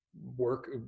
work